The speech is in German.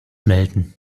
melden